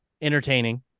entertaining